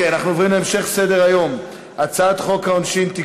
התשע"ה 2015, תועבר להמשך דיון לוועדת הכלכלה.